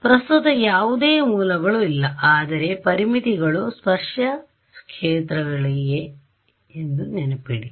ಪ್ರಸ್ತುತ ಯಾವುದೇ ಮೂಲಗಳು ಇಲ್ಲ ಆದರೆ ಪರಿಮಿತಿಗಳು ಸ್ಪರ್ಶ ಕ್ಷೇತ್ರಗಳಿಗೆ ಎಂದು ನೆನಪಿಡಿ